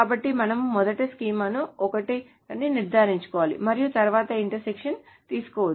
కాబట్టి మనము మొదట స్కీమా ఒకటేనని నిర్ధారించుకోవాలి మరియు తరువాత ఇంటర్సెక్షన్ తీసుకోవచ్చు